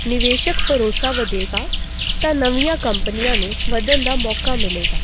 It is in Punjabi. ਨਿਵੇਸ਼ਕ ਭਰੋਸਾ ਵਧੇਗਾ ਤਾਂ ਨਵੀਆਂ ਕੰਪਨੀਆਂ ਨੂੰ ਵਧਣ ਦਾ ਮੌਕਾ ਮਿਲੇਗਾ